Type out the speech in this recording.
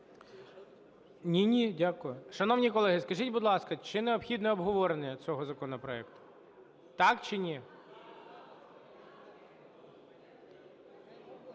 Борисович. Шановні колеги, скажіть, будь ласка, чи необхідне обговорення цього законопроекту.. Так чи ні?